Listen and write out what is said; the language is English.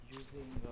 using